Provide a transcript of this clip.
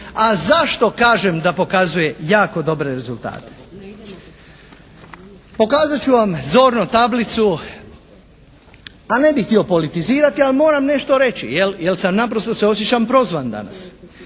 A zašto kažem da pokazuje jako dobre rezultate? Pokazat ću vam zorno tablicu, a ne bi htio politizirati, ali moram nešto reći jer naprosto se osjećam prozvan danas.